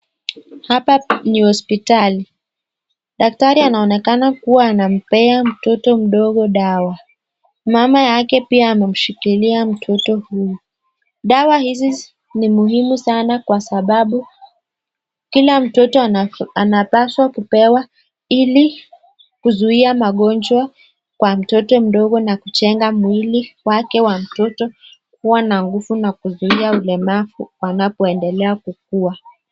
Hapa ni hospitali. Daktari anaonekana kuwa anampea mtoto mdogo dawa. Mama yake pia amemshikilia mtoto huyo. Dawa hizi ni muhimu sana kwa sababu kila mtoto anapaswa kupewa ili kuzuia magonjwa kwa mtoto mdogo na kujenga mwili wake wa mtoto kuwa na nguvu na kuzuia ulemavu wanapoendelea kukua.